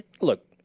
look